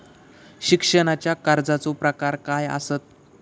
शिक्षणाच्या कर्जाचो प्रकार काय आसत?